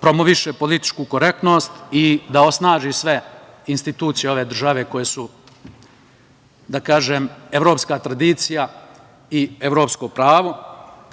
promoviše političku korektnost i da osnaži sve institucije ove države koje su, da kažem, evropska tradicija i evropsko pravo.